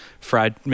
fried